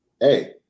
hey